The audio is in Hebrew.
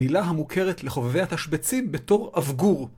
מילה המוכרת לחובבי התשבצים בתור אבגור.